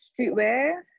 streetwear